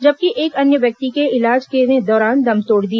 जबकि एक अन्य व्यक्ति ने इलाज के दौरान दम तोड़ दिया